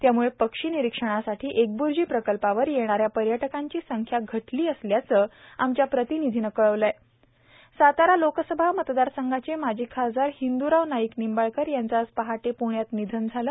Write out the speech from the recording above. त्यामुळे पक्षी निरीक्षणासाठी साठी एकब्र्जी प्रकल्पावर येणाऱ्या पर्यटकाची संख्या घटली आहे अशी माहिती आमच्या प्रतिनिधीने दिली आहे सातारा लोकसभा मतदार संघाचे माजी खासदार हिंद्राव नाईक निंबाळकर यांचं आज पहाटे पुण्यात निधन झालं